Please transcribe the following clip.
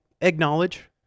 acknowledge